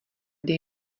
dej